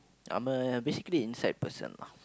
I'm a basically inside person lah